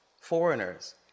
foreigners